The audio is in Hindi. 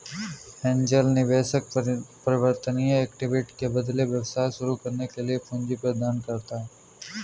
एंजेल निवेशक परिवर्तनीय इक्विटी के बदले व्यवसाय शुरू करने के लिए पूंजी प्रदान करता है